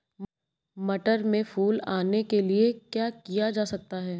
मटर में फूल आने के लिए क्या किया जा सकता है?